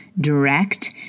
direct